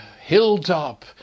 hilltop